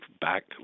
back